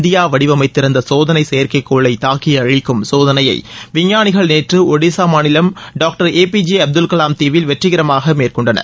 India வடிவமைத்திருந்த சோதனை செயற்கைக்கோளை தாக்கி அழிக்கும் சோதளையை விஞ்ஞாளிகள் நேற்று ஒடிசா மாநிலம் doctor A P J Abdul Kalam தீவில் வெற்றிகரமாக மேற்கொண்டனர்